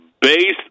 Base